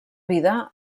vida